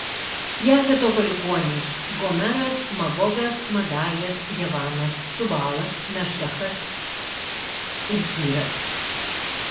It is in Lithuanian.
jafeto palikuonys gomeras magogas madajas javanas tubalas mešechas ir tyras